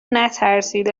نترسین